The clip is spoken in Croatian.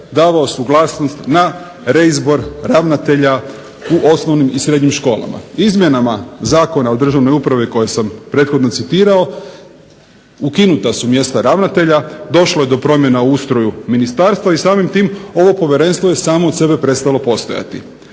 davao suglasnost na reizbor ravnatelja u osnovnim i srednjim školama. Izmjenama Zakona o državnoj upravi koje sam prethodno citirao ukinuta su mjesta ravnatelja, došlo je do promjena u ustroju ministarstva i samim tim ovo povjerenstvo je samo od sebe prestalo postojati.